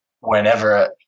whenever